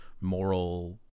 moral